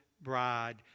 bride